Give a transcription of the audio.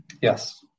Yes